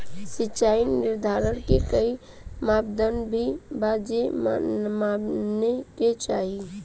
सिचाई निर्धारण के कोई मापदंड भी बा जे माने के चाही?